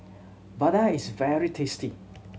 vadai is very tasty